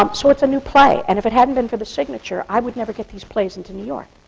um so it's a new play. and if it hadn't been for the signature, i would never get these plays into new york.